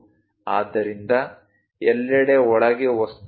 ಆದ್ದರಿಂದ ಎಲ್ಲೆಡೆ ಒಳಗೆ ವಸ್ತು ಇದೆ